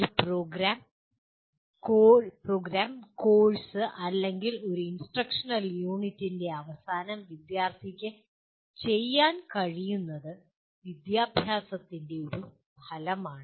ഒരു programme course അല്ലെങ്കിൽ ഒരു ഇൻസ്ട്രക്ഷണൽ യൂണിറ്റിന്റെ അവസാനം വിദ്യാർത്ഥിക്ക് ചെയ്യാൻ കഴിയുന്നത് വിദ്യാഭ്യാസത്തിന്റെ ഒരു ഫലമാണ്